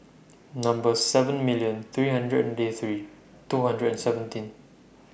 Number seven million three hundred and ninety three two hundred and seventeen